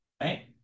Right